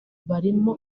barimo